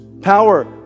power